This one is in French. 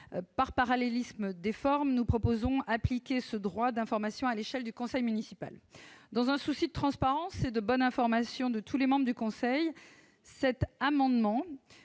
Par parallélisme des formes, nous proposons d'appliquer ce droit d'information à l'échelle du conseil municipal. Dans un souci de transparence et de bonne information de tous les membres du conseil municipal,